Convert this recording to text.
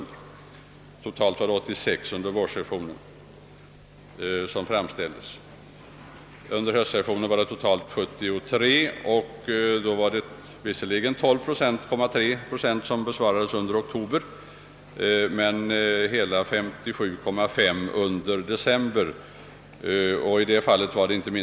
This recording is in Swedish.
Jag tillåter mig att dröja ytterligare en stund vid höstsessionen 1963.